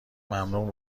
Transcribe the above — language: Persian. ممنون